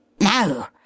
No